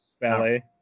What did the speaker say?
ballet